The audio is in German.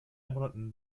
monaten